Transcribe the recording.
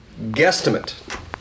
guesstimate